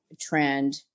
trend